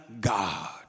God